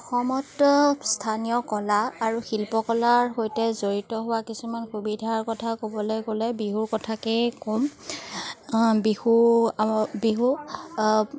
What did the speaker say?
অসমত স্থানীয় কলা আৰু শিল্পকলাৰ সৈতে জড়িত হোৱা কিছুমান সুবিধাৰ কথা ক'বলৈ গ'লে বিহুৰ কথাকেই ক'ম বিহু বিহু